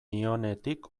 nionetik